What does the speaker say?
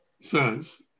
says